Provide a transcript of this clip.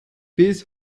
bis